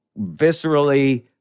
viscerally